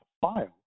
file